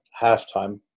halftime